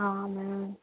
हाँ मैम